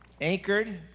Anchored